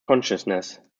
consciousness